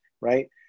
right